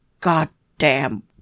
goddamn